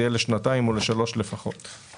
זה יהיה לשנתיים או לשלוש שנים לפחות.